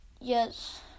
yes